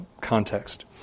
context